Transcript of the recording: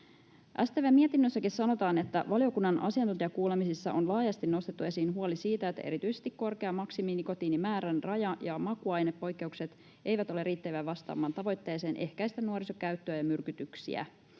StV:n mietinnössäkin sanotaan, että ”valiokunnan asiantuntijakuulemisissa on laajasti nostettu esiin huoli siitä, että erityisesti korkea maksiminikotiinimäärän raja ja makuainepoikkeukset eivät ole riittäviä vastaamaan tavoitteeseen ehkäistä nuorisokäyttöä ja myrkytyksiä”.